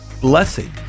blessing